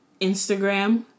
Instagram